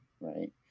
right